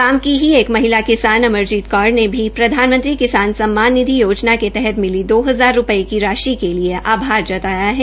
गांव की एक महिला किसान अमरजीत कौर ने भी प्रधानमंत्री किसान सम्मान निधि योजना के तहत मिली दो हजार रूपये की राशि के लिए आभार जताया है